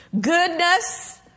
Goodness